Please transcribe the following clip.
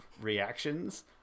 reactions